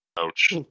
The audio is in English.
Ouch